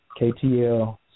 KTL